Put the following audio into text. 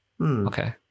Okay